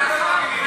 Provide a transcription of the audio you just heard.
אתה דמגוג.